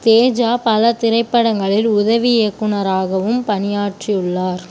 தேஜா பல திரைப்படங்களில் உதவி இயக்குனராகவும் பணியாற்றி உள்ளார்